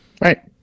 right